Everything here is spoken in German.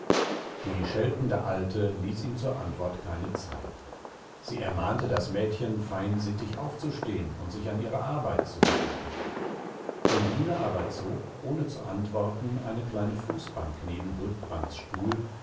die scheltende alte ließ ihm zur antwort keine zeit sie ermahnte das mädchen fein sittig aufzustehen und sich an ihre arbeit zu begeben undine aber zog ohne zu antworten eine kleine fußbank neben huldbrands stuhl